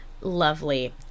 lovely